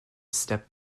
step